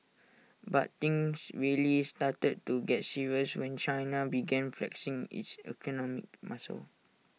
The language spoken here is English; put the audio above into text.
but things really started to get serious when China began flexing its economic muscle